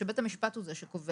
שבית המשפט הוא זה שקובע,